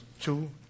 two